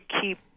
keep